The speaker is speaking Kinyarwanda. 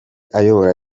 ayobora